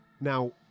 Now